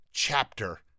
chapter